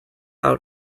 out